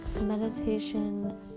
meditation